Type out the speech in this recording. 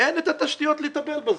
אין את התשתיות לטפל בו.